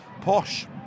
Posh